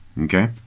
okay